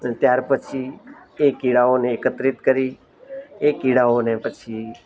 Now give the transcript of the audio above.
ત્યાર પછી તે કીડાઓને એકત્રિત કરી એ કીડાઓને પછી